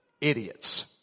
Idiots